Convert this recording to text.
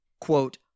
quote